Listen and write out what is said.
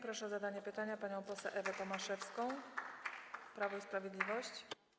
Proszę o zadanie pytania panią poseł Ewę Tomaszewską, Prawo i Sprawiedliwość.